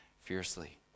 fiercely